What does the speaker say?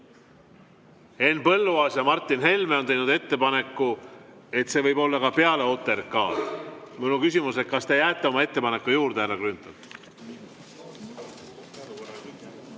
Henn Põlluaas ja Martin Helme on teinud ettepaneku, et see võib olla ka peale OTRK-d. Minu küsimus on: kas te jääte oma ettepaneku juurde, härra Grünthal?